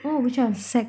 oh which one